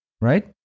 right